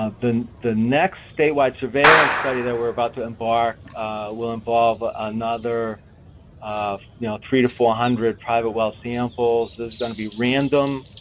ah the the next statewide surveillance study that we're about to embark will involve another you know three to four hundred private well samples, there's gonna be random